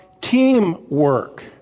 teamwork